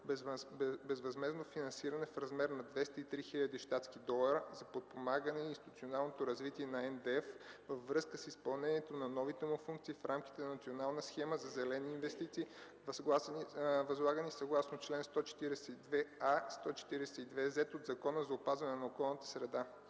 безвъзмездно финансиране в размер на 203 000 щатски долара за подпомагане институционалното развитие на НДЕФ във връзка с изпълнението на новите му функции в рамките на Национална схема за зелени инвестиции, възлагани съгласно чл. 142а-142з от Закона за опазване на околната среда.